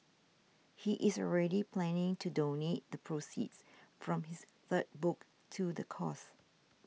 he is already planning to donate the proceeds from his third book to the cause